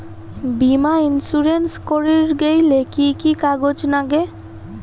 বীমা ইন্সুরেন্স করির গেইলে কি কি কাগজ নাগে?